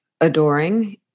adoring